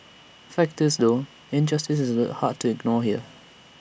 fact is though injustice is hard to ignore here